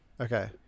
Okay